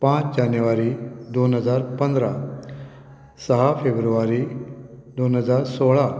पांच जानेवरी दोन हजार पंदरा सोळा फेब्रुवारी दोन हजार सोळा